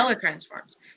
transforms